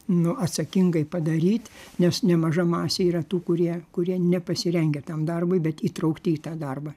nu atsakingai padaryt nes nemaža masė yra tų kurie kurie nepasirengę tam darbui bet įtraukti į tą darbą